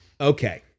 Okay